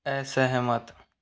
असहमत